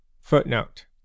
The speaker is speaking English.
Footnote